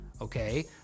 Okay